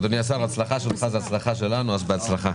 אדוני השר, הצלחה שלך זה הצלחה שלנו, אז בהצלחה.